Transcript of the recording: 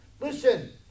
Listen